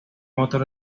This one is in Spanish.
motor